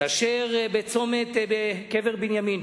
כאשר בצומת קבר בנימין,